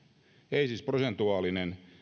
ei siis prosentuaalinen